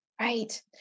Right